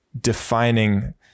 defining